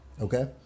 okay